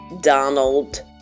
Donald